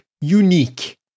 unique